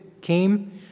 came